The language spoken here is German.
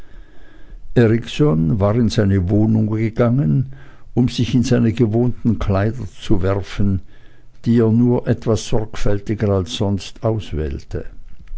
erikson war in seine wohnung gegangen um sich in seine gewohnten kleider zu werfen die er nur etwas sorgfältiger als sonst auswählte